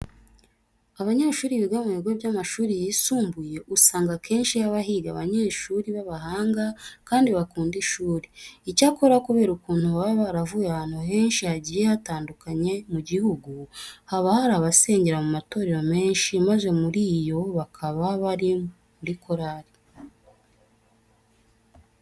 Abanyeshuri biga mu bigo by'amashuri yisumbuye, usanga akenshi haba higa abanyeshuri b'abahanga kandi bakunda ishuri. Icyakora kubera ukuntu baba baravuye ahantu henshi hagiye hatandukanye mu gihugu, haba hari abasengera mu matorero menshi maze muri yo bakaba bari muri korari.